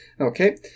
Okay